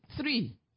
three